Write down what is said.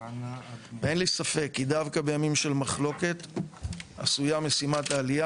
אין לי ספק כי דווקא בימים של מחלוקת עשויה משימת העלייה